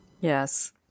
Yes